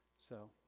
so,